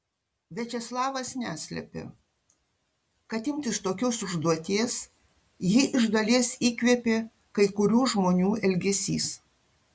viačeslavas neslepia kad imtis tokios užduoties jį iš dalies įkvėpė kai kurių žmonių elgesys